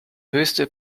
höchste